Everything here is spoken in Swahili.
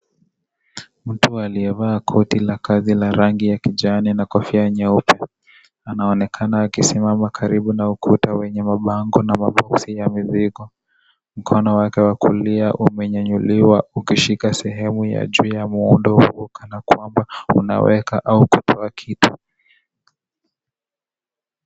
Mtu aliyevaa koti la kazi la rangi ya kijani na kofia nyeupe anaonekana akisimama karibu na ukuta wenye mabango na maboksi yamevikwa . Mkono wake wa kulia umenyenyuliwa ukishika sehemu ya juu ya muundo huu kana kwamba unaweka au kupewa kitu.